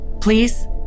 please